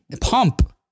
pump